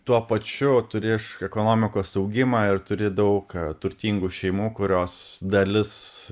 tuo pačiu turi iš ekonomikos augimą ir turi daug turtingų šeimų kurios dalis